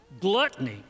gluttony